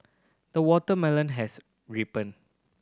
the watermelon has ripened